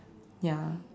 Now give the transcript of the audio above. ya